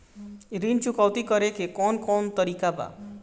ऋण चुकौती करेके कौन कोन तरीका बा?